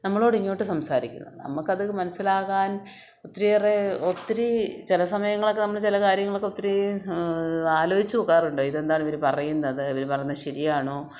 നമ്മളോട് ഇങ്ങോട്ട് സംസാരിക്കുന്നത് നമുക്ക് അത് മനസ്സിലാകാൻ ഒത്തിരിയേറെ ഒത്തിരി ചില സമയങ്ങളിലൊക്കെ നമ്മൾ ചില കാര്യങ്ങളൊക്കെ ഒത്തിരി ആലോചിച്ചു നോക്കാറുണ്ട് ഇതെന്താണ് ഇവർ പറയുന്നത് ഇവർ പറയുന്നത് ശരിയാണോ